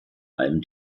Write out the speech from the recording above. allem